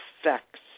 effects